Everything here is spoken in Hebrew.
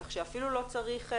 כך שאפילו לא צריך,